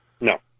No